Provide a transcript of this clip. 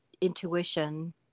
intuition